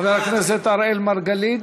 חבר הכנסת אראל מרגלית?